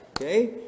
Okay